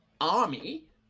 army